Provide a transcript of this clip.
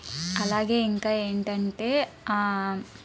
అలాగే ఇంకా ఏంటంటే